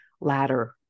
ladder